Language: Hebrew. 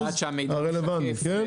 על מנת שהמידע יהיה תקף.